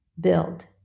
build